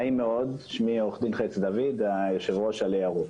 נעים מאוד, אני יושב-ראש עלה ירוק.